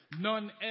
none